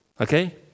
Okay